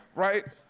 right?